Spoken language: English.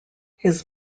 his